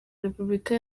repubulika